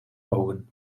ogen